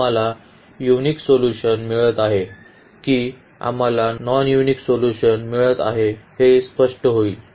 आम्हाला unique solution मिळत आहे की आम्हाला नॉन युनिक सोल्यूशन मिळत आहे हे स्पष्ट होईल